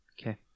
okay